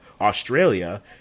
Australia